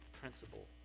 principle